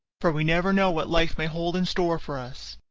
for we never know what life may hold in store for us!